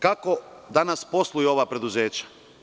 Kako danas posluju ova preduzeća?